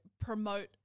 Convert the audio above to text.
promote